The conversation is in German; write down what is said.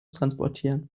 transportieren